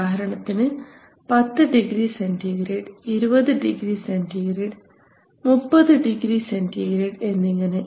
ഉദാഹരണത്തിന് 10 degree centigrade 20 degree centigrade 30 degree centigrade എന്നിങ്ങനെ